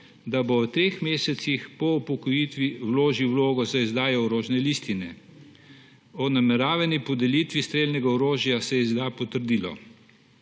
da bo v treh mesecih po upokojitvi vložil vlogo za izdajo orožne listine. O nameravani podelitvi strelnega orožja se izda potrdilo.